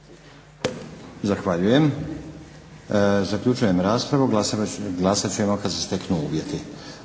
Zahvaljujem. Zaključujem raspravu. Glasati ćemo kada se steknu uvjeti.